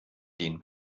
den